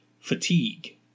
fatigue